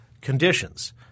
conditions